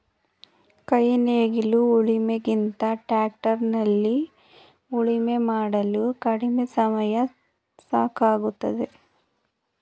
ಕೈ ನೇಗಿಲು ಉಳಿಮೆ ಗಿಂತ ಟ್ರ್ಯಾಕ್ಟರ್ ನಲ್ಲಿ ಉಳುಮೆ ಮಾಡಲು ಕಡಿಮೆ ಸಮಯ ಸಾಕಾಗುತ್ತದೆ